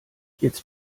jetzt